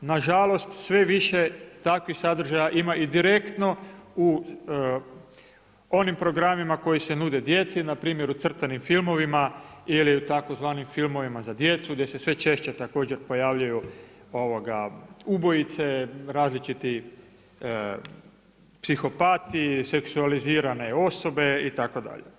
Nažalost sve više takvih sadržaja ima i direktno u onim programima koji se nude djeci, npr. u crtanim filmovima ili u tzv. filmovima za djecu gdje se sve češće također pojavljuju ubojice, različiti psihopati, seksualizirane itd.